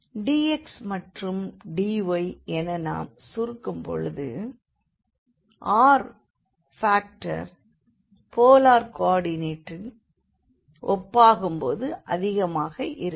dx மற்றும் dyஎன நாம் சுருக்கும் போது r ஃபாக்டர் போலார் கோ ஆடினேட்டுக்கு ஒப்பாக்கும் போது அதிகமாக இருக்கும்